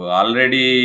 already